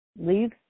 leave